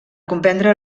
comprendre